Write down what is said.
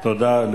תודה.